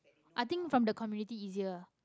I think from the community easier